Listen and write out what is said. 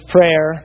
Prayer